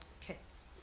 kids